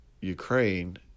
Ukraine